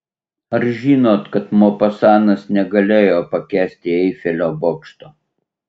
ar žinot kad mopasanas negalėjo pakęsti eifelio bokšto